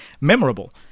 memorable